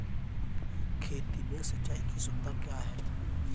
खेती में सिंचाई की सुविधा क्या है?